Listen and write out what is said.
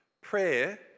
Prayer